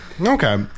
Okay